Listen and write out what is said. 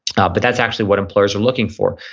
ah but, that's actually what employers are looking for.